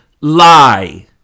Lie